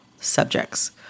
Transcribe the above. subjects